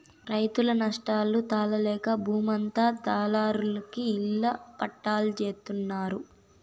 రైతులు నష్టాలు తాళలేక బూమంతా దళారులకి ఇళ్ళ పట్టాల్జేత్తన్నారు